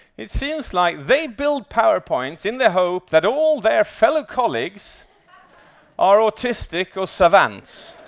it seems like they build powerpoints in the hope that all their fellow colleagues are autistic or savants,